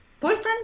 boyfriend